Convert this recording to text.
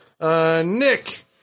Nick